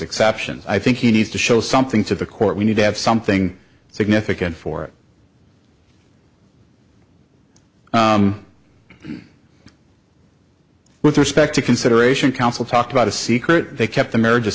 exceptions i think he needs to show something to the court we need to have something significant for it with respect to consideration counsel talked about a secret they kept the marriage